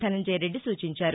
ధనంజయ రెడ్డి సూచించారు